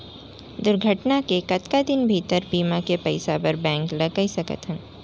दुर्घटना के कतका दिन भीतर बीमा के पइसा बर बैंक ल कई सकथन?